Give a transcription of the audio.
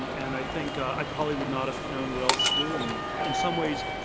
and and i think i probably would not have known what else to do. and in some ways,